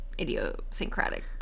idiosyncratic